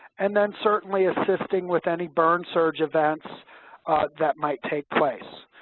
and then certainly assisting with any burn surge events that might take place.